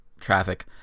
traffic